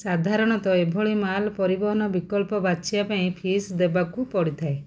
ସାଧାରଣତଃ ଏଭଳି ମାଲ୍ ପରିବହନ ବିକଳ୍ପ ବାଛିଆ ପାଇଁ ଫିସ୍ ଦେବାକୁ ପଡ଼ିଥାଏ